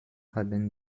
haben